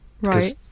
Right